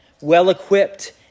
well-equipped